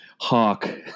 Hawk